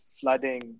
flooding